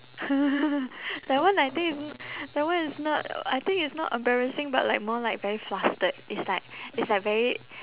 that one I think is n~ that one is not I think it's not embarrassing but like more like very flustered it's like it's like very